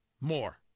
more